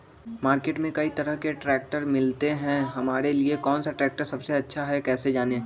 Market में कई तरह के ट्रैक्टर मिलते हैं हमारे लिए कौन सा ट्रैक्टर सबसे अच्छा है कैसे जाने?